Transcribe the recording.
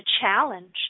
challenge